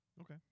Okay